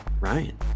Ryan